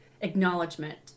acknowledgement